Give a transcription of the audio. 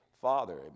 father